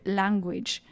language